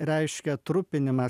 reiškia trupinimą